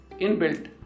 inbuilt